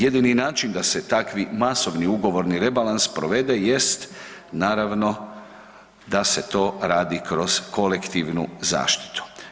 Jedini način da se takvi masovni ugovorni rebalans provede jest naravno da se to radi kroz kolektivnu zaštitu.